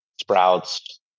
Sprouts